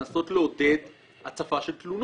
לנסות לעודד הצפה של תלונות,